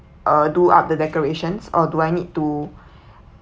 uh do up the decorations or do I need to